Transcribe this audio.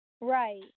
Right